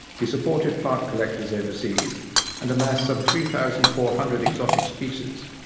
he supported plant-collectors overseas and amassed some three thousand four hundred exotic species.